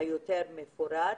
האירוע הזה תפס אותנו,